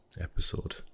episode